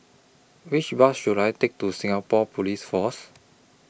Which Bus should I Take to Singapore Police Force